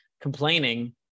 complaining